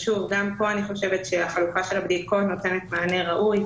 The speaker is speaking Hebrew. גם כאן אני חושבת שהחלופה של הבדיקות נותנת מענה ראוי.